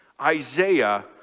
Isaiah